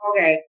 Okay